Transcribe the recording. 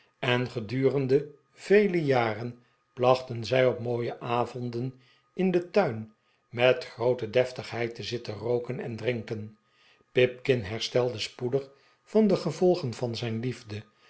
en gedurende vele jaren plachten zij op mooie avonden in den tuin met groote deftigheid te zitten rooken en drinken pipkin herstelde spoedig van de gevolgen van zijn liefde